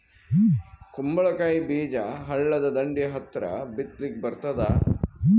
ಕುಂಬಳಕಾಯಿ ಬೀಜ ಹಳ್ಳದ ದಂಡಿ ಹತ್ರಾ ಬಿತ್ಲಿಕ ಬರತಾದ?